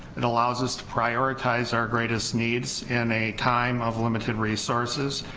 it allows us to prioritize our greatest needs in a time of limited resources,